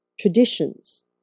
traditions